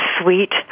sweet